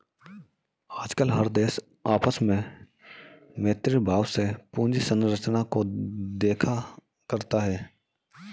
आजकल हर देश आपस में मैत्री भाव से पूंजी संरचना को देखा करता है